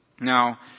Now